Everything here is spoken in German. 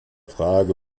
frage